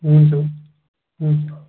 हुन्छ हुन्छ